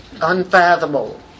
Unfathomable